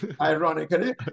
ironically